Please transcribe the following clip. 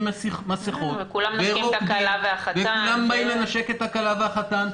מסכות ורוקדים --- וכולם מנשקים את הכלה והחתן.